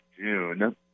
June